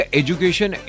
education